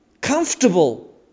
comfortable